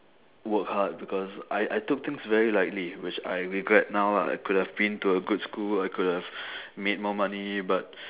work hard because I I took things very lightly which I regret now lah I could have been to a good school I could have made more money but